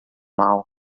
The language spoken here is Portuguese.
mal